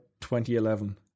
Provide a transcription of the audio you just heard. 2011